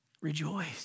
Rejoice